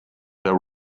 there